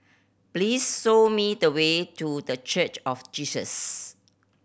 please show me the way to The Church of Jesus